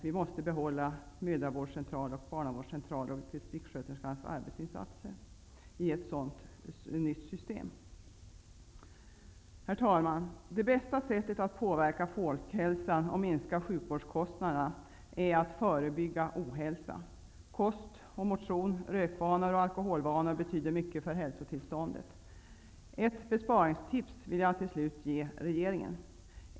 Vi måste behålla mödraoch barnavårdscentraler och distriktssköterskans arbetsinsatser i ett sådant nytt system. Herr talman! Det bästa sättet att påverka folkhälsan och minska sjukvårdskostnaderna är att förebygga ohälsa. Kost och motion, rökvanor och alkoholvanor betyder mycket för hälsotillståndet. Ett besparingstips vill jag till slut ge regeringen.